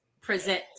present